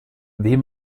wie